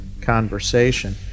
conversation